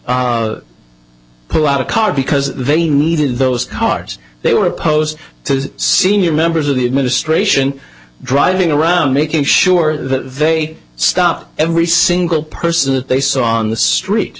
pull out a card because they needed those cars they were opposed to senior members of the administration driving around making sure that they stop every single person that they saw on the street